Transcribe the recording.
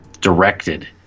directed